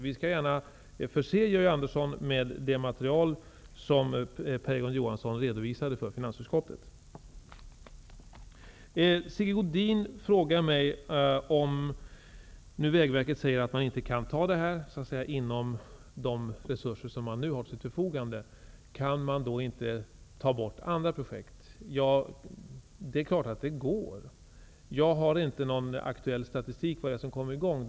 Vi förser gärna Georg Andersson med det material som som då redovisade. Sigge Godin frågade mig om hurvida andra projekt kan tas bort, om man på Vägverket säger att bron över Ångermanälven inte kan byggas inom de resurser som finns till förfogande. Det är klart att det går. Jag har ingen aktuell statistik över de projekt som skall startas.